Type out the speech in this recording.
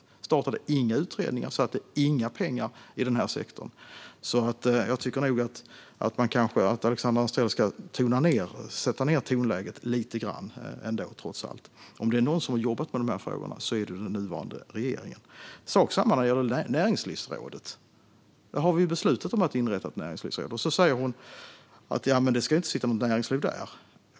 Man startade inga utredningar och satsade inga pengar i den här sektorn, så jag tycker nog att Alexandra Anstrell ska sänka tonläget lite grann. Om det är någon som har jobbat med de här frågorna är det den nuvarande regeringen. Det är samma sak när det gäller näringslivsrådet. Vi har ju beslutat att inrätta ett näringslivsråd. Då säger Alexandra Anstrell att det inte ska sitta något näringsliv där.